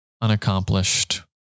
unaccomplished